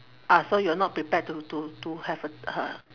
ah so you're not prepared to to to have a uh